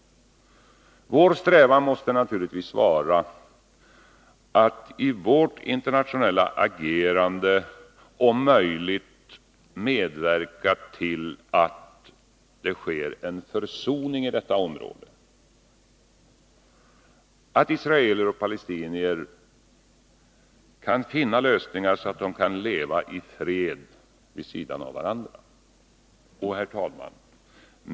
Vår strävan måste naturligtvis vara att i vårt internationella agerande om möjligt medverka till att det sker en försoning i detta område, att israeler och palestiner kan finna lösningar som gör att de kan leva i fred vid sidan av varandra.